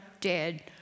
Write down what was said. dead